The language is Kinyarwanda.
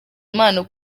impano